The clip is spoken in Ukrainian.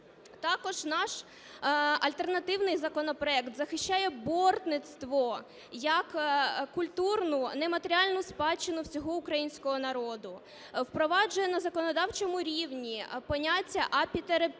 Також наш альтернативний законопроект захищає бортництво як культурну, нематеріальну спадщину всього українського народу. Впроваджує на законодавчому рівні поняття "апітерапії"